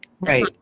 Right